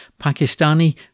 Pakistani